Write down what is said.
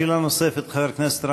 שאלה נוספת, חבר הכנסת גנאים.